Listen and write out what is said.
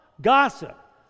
gossip